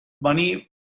Money